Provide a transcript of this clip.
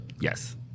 Yes